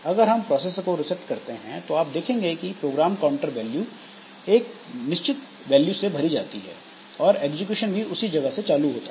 अगर हम प्रोसेसर को रिसेट करते हैं तो आप देखेंगे की प्रोग्राम काउंटर वैल्यू एक सुनिश्चित वैल्यू से भरी जाती है और एग्जीक्यूशन भी उसी जगह से चालू होता है